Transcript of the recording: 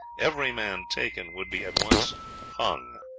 every man taken would be at once hung.